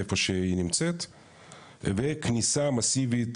איפה שהיא נמצאת וכניסה מסיבית,